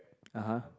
(uh huh)